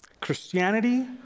Christianity